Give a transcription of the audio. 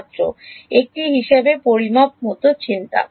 ছাত্র একটি হিসাবে পরিমাপ মত চিন্তা